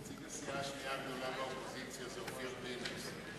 נציג הסיעה השנייה בגודלה באופוזיציה הוא אופיר פינס.